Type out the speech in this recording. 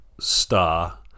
star